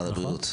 משרד הבריאות.